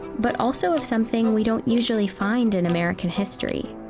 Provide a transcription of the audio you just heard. but also of something we don't usually find in american history.